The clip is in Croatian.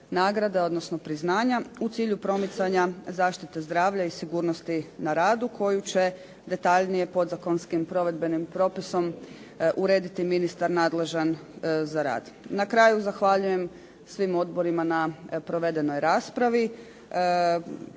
odnosno priznanja u cilju promicanja zaštite zdravlja i sigurnosti na radu koji će detaljnije podzakonskim provedbenim propisom urediti ministar nadležan za rad. Na kraju, zahvaljujem svim odborima na provedenoj raspravi